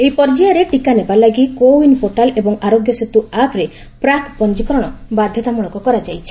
ଏହି ପର୍ଯ୍ୟାୟରେ ଟିକା ନେବା ଲାଗି କୋର୍ଡ଼ିନ ପୋର୍ଟାଲ ଏବଂ ଆରୋଗ୍ୟ ସେତୁ ଆପ୍ରେ ପ୍ରାକ୍ ପଞ୍ଜୀକରଣ ବାଧ୍ୟତାମୂଳକ କରାଯାଇଛି